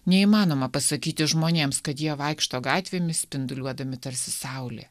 neįmanoma pasakyti žmonėms kad jie vaikšto gatvėmis spinduliuodami tarsi saulė